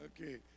Okay